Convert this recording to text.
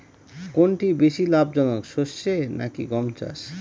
কোনটি বেশি লাভজনক সরষে নাকি গম চাষ?